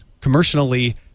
commercially